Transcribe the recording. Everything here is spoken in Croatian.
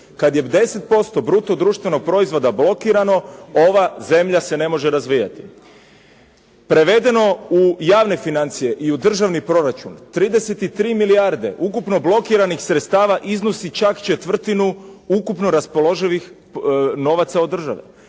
Kada je 10% bruto društvenog proizvoda blokirano ova zemlja se ne može razvijati. Prevedeno u javne financije i u državni proračun 33 milijarde ukupno blokiranih sredstava iznosi čak četvrtinu ukupno raspoloživih novaca od države,